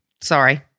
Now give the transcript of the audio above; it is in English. sorry